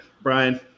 Brian